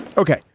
ok,